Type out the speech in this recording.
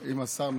אם השר משיב,